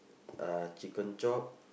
uh chicken chop